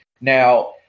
Now